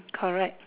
correct